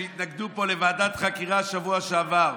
התנגדו פה לוועדת חקירה בשבוע שעבר.